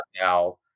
now